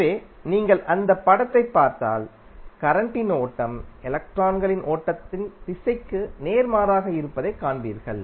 எனவே நீங்கள் அந்த படத்தைப் பார்த்தால் கரண்டின் ஓட்டம் எலக்ட்ரான்களின் ஓட்டத்தின் திசைக்கு நேர்மாறாக இருப்பதைக் காண்பீர்கள்